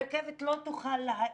הרכבת לא תוכל להאט.